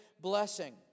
blessing